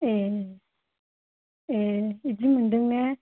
ए ए बिदि मोनदों ने